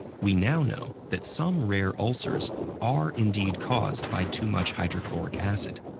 we now know that some rare ulcers are indeed caused by too much hydrochloric acid.